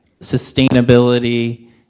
sustainability